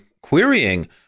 querying